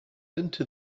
into